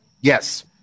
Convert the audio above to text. Yes